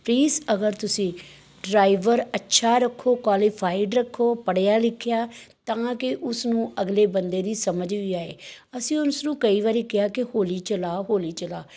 please ਅਗਰ ਤੁਸੀਂ driver ਅੱਛਾ ਰੱਖੋ ਕੁਆਲੀਫਾਈਡ ਰੱਖੋ ਪੜ੍ਹਿਆ ਲਿਖਿਆ ਤਾਂ ਕਿ ਉਸਨੂੰ ਅਗਲੇ ਬੰਦੇ ਦੀ ਸਮਝ ਵੀ ਆਏ ਅਸੀਂ ਉਸ ਨੂੰ ਕਈ ਵਾਰੀ ਕਿਹਾ ਕਿ ਹੌਲੀ ਚਲਾ ਹੌਲੀ ਚਲਾ